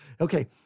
Okay